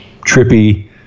trippy